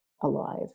alive